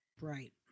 Right